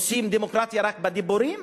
רוצים דמוקרטיה רק בדיבורים?